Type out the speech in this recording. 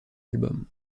album